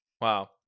Wow